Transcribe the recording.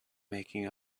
making